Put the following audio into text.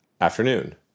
Afternoon